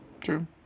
True